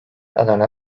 alanı